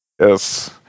yes